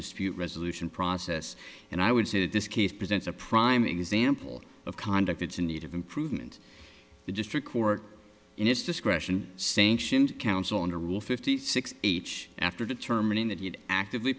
dispute resolution process and i would say that this case presents a prime example of conduct it's in need of improvement the district court in its discretion sanctioned counsel in a rule fifty six age after determining that you actively